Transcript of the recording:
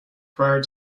prior